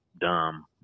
dumb